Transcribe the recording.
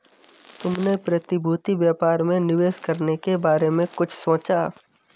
तुमने प्रतिभूति व्यापार में निवेश करने के बारे में कुछ सोचा?